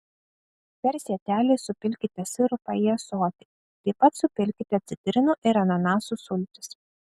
per sietelį supilkite sirupą į ąsotį taip pat supilkite citrinų ir ananasų sultis